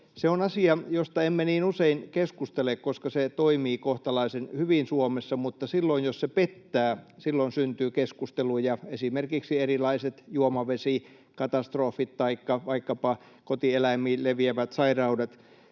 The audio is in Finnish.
Se on asia, josta emme niin usein keskustele, koska se toimii kohtalaisen hyvin Suomessa, mutta jos se pettää, silloin syntyy keskusteluja, esimerkiksi erilaiset juomavesikatastrofit taikka vaikkapa kotieläimiin leviävät sairaudet.